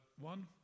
one